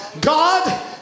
God